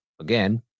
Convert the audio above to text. again